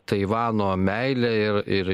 taivano meile ir ir